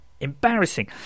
embarrassing